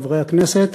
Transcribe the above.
חברי הכנסת,